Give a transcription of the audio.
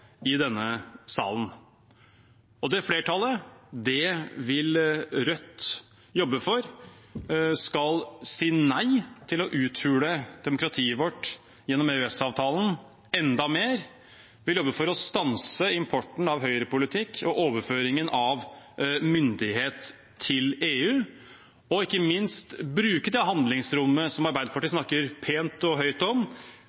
i denne salen. Det flertallet vil Rødt jobbe for at skal si nei til å uthule demokratiet vårt enda mer gjennom EØS-avtalen. Vi vil jobbe for å stanse importen av høyrepolitikk og overføringen av myndighet til EU og ikke minst bruke det handlingsrommet som Arbeiderpartiet snakker pent og høyt om